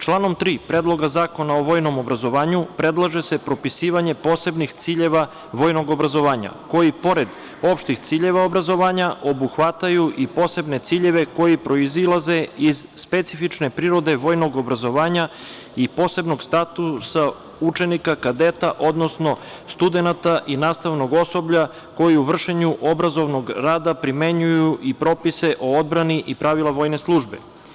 Članom 3. Predloga zakona o vojnom obrazovanju predlaže se propisivanje posebnih ciljeva vojnog obrazovanja koji i pored opštih ciljeva obrazovanja obuhvataju i posebne ciljeve koji proizilaze iz specifične prirode vojnog obrazovanja i posebnog statusa učenika, kadeta, odnosno studenata i nastavnog osoblja koji u vršenju obrazovnog rada primenjuju i propise o odbrani i pravila vojne službe.